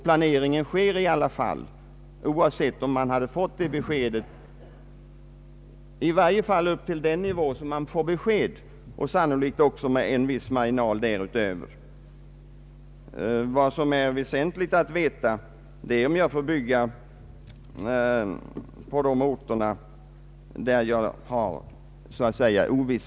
Planeringen sker i alla fall, oavsett om man får besked, i varje fall till den nivå man får besked om och sannolikt med en viss marginal därutöver. Vad som är väsentligt är att i de orter där ovisshet råder få veta om man får bygga.